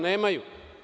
Nemaju.